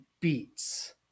beats